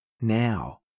now